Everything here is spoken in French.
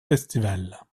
festival